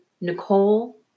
Nicole